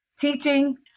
teaching